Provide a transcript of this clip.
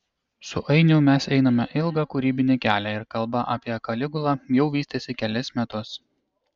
su ainiu mes einame ilgą kūrybinį kelią ir kalba apie kaligulą jau vystėsi kelis metus